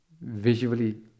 visually